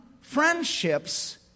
friendships